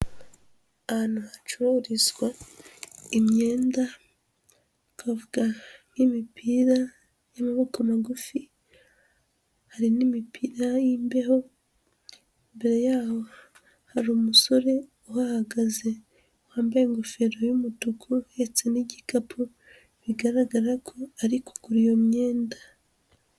Ahantu hacururizwa imyenda, twavuga nk'imipira y'amaboko magufi, hari n'imipira y'imbeho, imbere yaho hari umusore uhahagaze wambaye ingofero y'umutuku ndetse n'igikapu, bigaragara ko ari kugura iyo myenda.